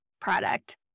product